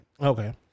Okay